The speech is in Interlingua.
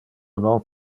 non